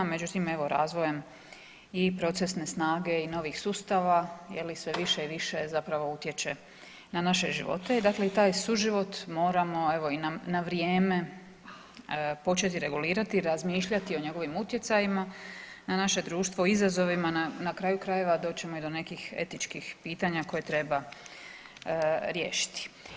Međutim, evo razvojem i procesne snage i novih sustava je li sve više i više zapravo utječe na naše živote i dakle taj suživot moramo evo i na vrijeme početi regulirati i razmišljati o njegovim utjecajima na naše društvo, izazovima, na kraju krajeva doći ćemo i do nekih etičkih pitanja koje treba riješiti.